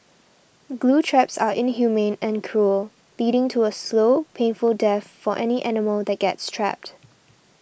glue traps are inhumane and cruel leading to a slow painful death for any animal that gets trapped